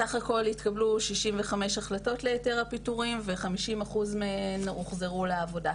בסך הכל התקבלו 65 החלטות להיתר הפיטורין וכ-50% מהן הוחזרו לעבודה.